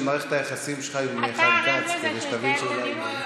על מערכת היחסים שלך עם חיים כץ כדי שתבין שאולי,